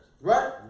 Right